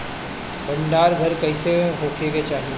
भंडार घर कईसे होखे के चाही?